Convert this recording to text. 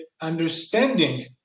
understanding